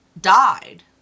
died